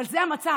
אבל זה המצב: